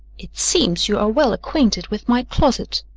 it seems you are well acquainted with my closet.